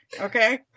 Okay